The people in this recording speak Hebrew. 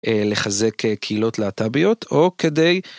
לחזק קהילות להט"ביות או כדי.